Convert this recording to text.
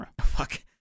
Fuck